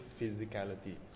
physicality